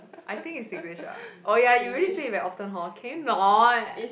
I think is Singlish lah oh ya you really said it very often hor can you not